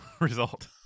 result